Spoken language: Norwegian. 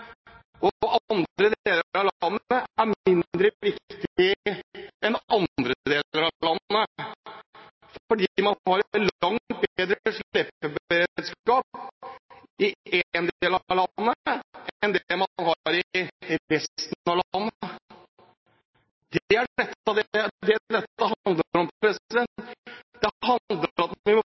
og noen deler av landet er mindre viktig enn andre deler av landet, fordi man har en langt bedre slepeberedskap i en del av landet enn man har i resten av landet. Det er det dette handler om. Det handler om